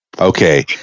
okay